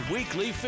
Weekly